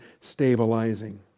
stabilizing